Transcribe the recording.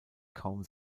kaum